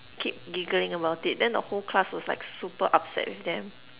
keep giggling about it then the whole class was like super upset with them